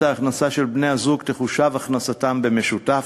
ההכנסה של בני-הזוג תחושב הכנסתם במשותף,